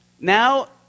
Now